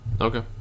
Okay